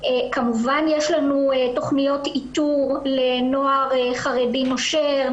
כמובן יש לנו תכוניות איתור לנוער חרדי נושר,